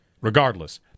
regardless